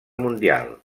mundial